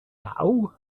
now